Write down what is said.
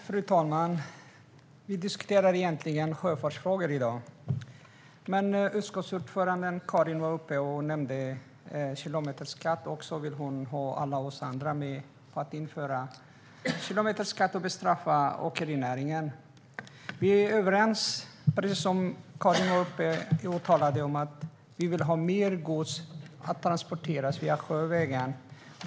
Fru talman! Vi diskuterar egentligen sjöfartsfrågor i dag. Men utskottsordföranden, Karin, nämnde också kilometerskatt. Hon vill ha med alla oss andra på att en kilometerskatt ska införas och att man ska bestraffa åkerinäringen. Precis som Karin sa är vi överens om att mer gods ska transporteras sjövägen.